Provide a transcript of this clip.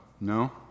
no